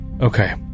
Okay